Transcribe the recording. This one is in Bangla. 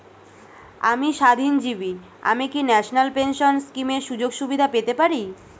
আমি স্বাধীনজীবী আমি কি ন্যাশনাল পেনশন স্কিমের সুযোগ সুবিধা পেতে পারি?